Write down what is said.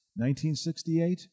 1968